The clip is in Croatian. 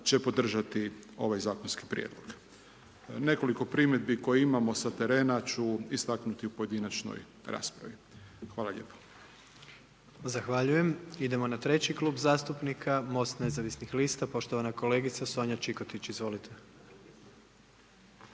će podržati ovaj zakonski prijedlog. Nekoliko primjedbi koje imamo s terena ću istaknuti u pojedinačnoj raspravi. Hvala lijepa. **Jandroković, Gordan (HDZ)** Zahvaljujem. Idemo na 3. Klub zastupnika, MOST nezavisnih lista, poštovana kolegica Sonja Čikotić. Izvolite.